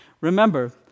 Remember